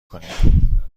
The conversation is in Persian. کنیم